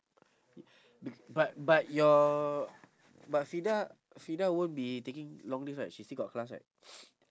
b~ but but your but fidah fidah won't be taking long leave right she still got class right